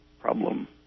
problem